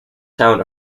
town